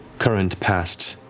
current, past,